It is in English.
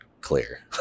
clear